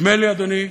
נדמה לי, אדוני,